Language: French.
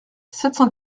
cent